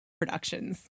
productions